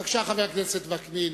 בבקשה, חבר הכנסת וקנין,